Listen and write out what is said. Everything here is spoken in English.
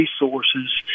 resources